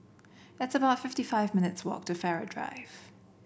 it's about fifty five minutes' walk to Farrer Drive